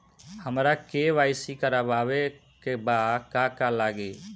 हमरा के.वाइ.सी करबाबे के बा का का लागि?